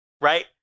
right